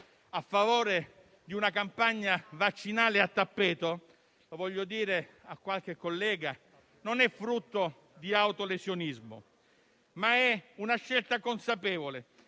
a favore di una campagna vaccinale a tappeto - lo voglio dire a qualche collega - e non è frutto di autolesionismo, ma è una scelta consapevole,